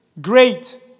great